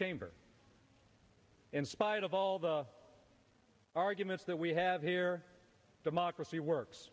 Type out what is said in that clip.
chamber in spite of all the arguments that we have here from ocracy works